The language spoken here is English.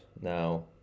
now